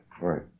Right